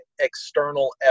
external